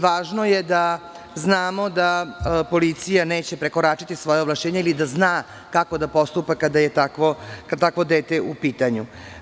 Važno je da znamo da policija neće prekoračiti svoja ovlašćenja ili da zna kako da postupa kada je takvo dete u pitanju.